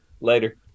Later